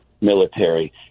military